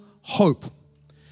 hope